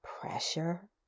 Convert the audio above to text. Pressure